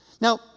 Now